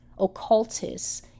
occultists